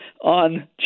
on